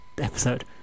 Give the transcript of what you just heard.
episode